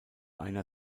einer